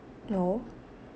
no